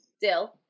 Dill